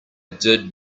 did